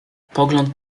pogląd